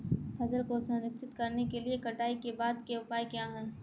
फसल को संरक्षित करने के लिए कटाई के बाद के उपाय क्या हैं?